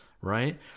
right